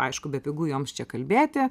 aišku bepigu joms čia kalbėti